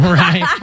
right